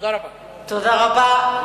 תודה רבה.